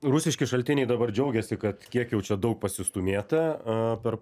rusiški šaltiniai dabar džiaugiasi kad kiek jau čia daug pasistūmėta per